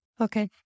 Okay